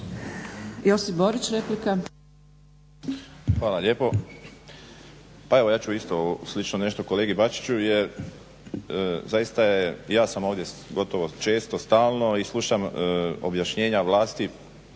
Josip (HDZ)** Hvala lijepo. Pa evo ja ću isto slično nešto kolegi Bačiću jer zaista ja sam ovdje gotovo često, stalno i slušam objašnjenja vlasti